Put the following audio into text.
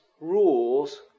rules